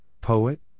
poet